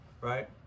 right